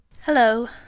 Hello